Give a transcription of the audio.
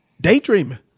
Daydreaming